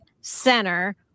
Center